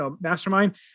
mastermind